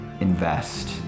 invest